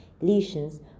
lesions